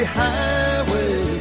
highway